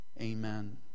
Amen